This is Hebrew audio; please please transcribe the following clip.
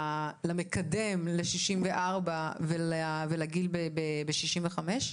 ובתקנון למקדם, לגיל 64 ולגיל 65?